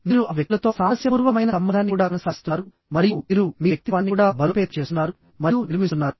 మీరు ఆ వ్యక్తులతో సామరస్యపూర్వకమైన సంబంధాన్ని కూడా కొనసాగిస్తున్నారు మరియు మీరు మీ వ్యక్తిత్వాన్ని కూడా బలోపేతం చేస్తున్నారు మరియు నిర్మిస్తున్నారు